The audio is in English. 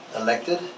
elected